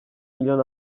milyon